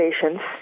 patients